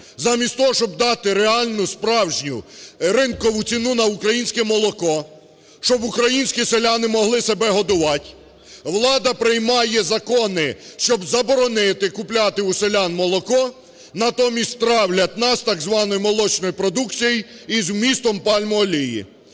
замість того, щоб дати реальну справжню ринкову ціну на українське молоко, щоб українські селяни могли себе годувати, влада приймає закони, щоб заборонити купляти у селян молоко, натомість травлять нас так званою молочною продукцією із вмістом пальмової